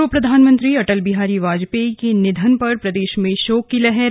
पूर्व प्रधानमंत्री अटल बिहारी वाजपेयी के निधन पर प्रदेश में शोक की लहर